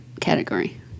category